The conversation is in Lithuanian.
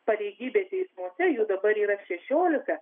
pareigybė teismuose jau dabar yra šešiolika